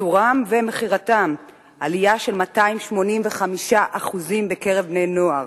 ייצורם ומכירתם, עלייה של 285% בקרב בני-נוער.